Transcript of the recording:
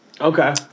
Okay